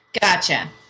Gotcha